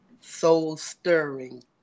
soul-stirring